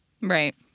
Right